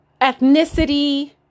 ethnicity